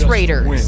Raiders